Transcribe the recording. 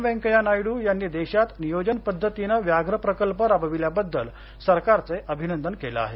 वेंकय्या नायडू यांनी देशात नियोजनपद्धतीनं व्याघ्र प्रकल्प राबविल्यावद्दल सरकारचे अभिनंदन केलं आहे